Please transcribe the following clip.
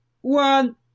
one